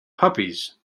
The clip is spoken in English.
puppies